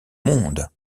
monde